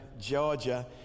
Georgia